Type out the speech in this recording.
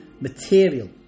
material